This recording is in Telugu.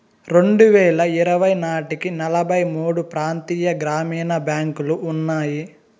రెండువేల ఇరవై నాటికి నలభై మూడు ప్రాంతీయ గ్రామీణ బ్యాంకులు ఉన్నాయి